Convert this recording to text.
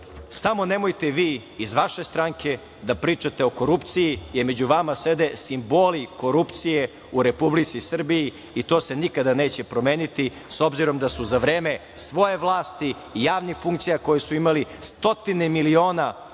Samo nemojte vi iz vaše stranke da pričate o korupciji, jer među vama sede simboli korupcije u Republici Srbiji i to se nikada neće promeniti, s obzirom da su za vreme svoje vlasti i javnih funkcija koje su imali stotine miliona evra